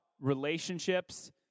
relationships